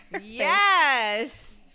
Yes